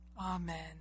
Amen